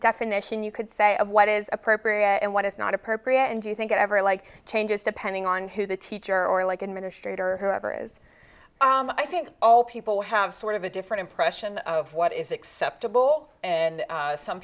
definition you could say of what is appropriate and what is not appropriate and do you think that every like changes depending on who the teacher or like administrator whoever is i think all people have sort of a different impression of what is acceptable and some